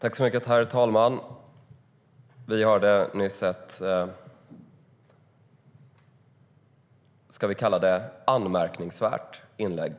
Herr talman! Vi hörde nyss ett anmärkningsvärt inlägg.